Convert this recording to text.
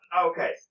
Okay